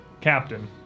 captain